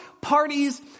parties